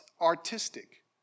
artistic